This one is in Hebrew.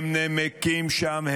הם נמקים שם.